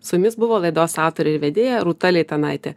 su jumis buvo laidos autorė ir vedėja rūta leitanaitė